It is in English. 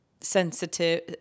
sensitive